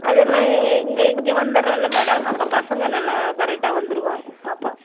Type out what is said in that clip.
அதெல்லாம் இங்கே இங்கே வந்துடுறோம் இல்லை மேடம் அப்போ பசங்கள் நல்லா கரெக்டாக வந்துடுவா பாப்பா